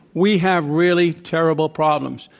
we have really terrible problems.